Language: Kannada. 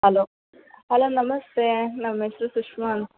ಹಲೋ ಹಲೋ ನಮಸ್ತೆ ನಮ್ಮ ಹೆಸರು ಸುಷ್ಮಾ